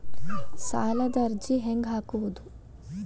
ಸಾಲದ ಅರ್ಜಿ ಹೆಂಗ್ ಹಾಕುವುದು?